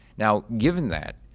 now, given that,